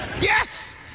Yes